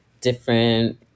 different